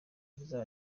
rizaba